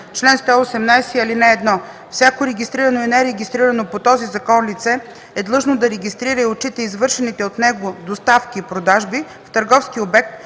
Чл. 118. (1) Всяко регистрирано и нерегистрирано по този закон лице е длъжно да регистрира и отчита извършените от него доставки/продажби в търговски обект